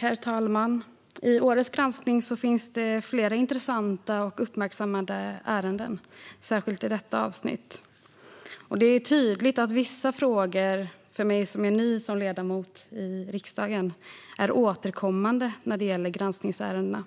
Herr talman! I årets granskning finns det flera intressanta och uppmärksammade ärenden, särskilt i detta avsnitt. För mig som ny ledamot i riksdagen är det tydligt att vissa frågor återkommer när det gäller granskningsärendena. Det gäller